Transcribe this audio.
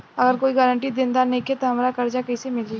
अगर कोई गारंटी देनदार नईखे त हमरा कर्जा कैसे मिली?